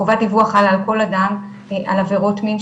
חובת דיווח חלה על כל אדם על עבירות מין,